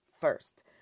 first